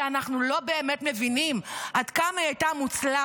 שאנחנו לא באמת מבינים עד כמה היא הייתה מוצלחת,